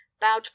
bowed